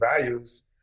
values